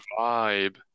vibe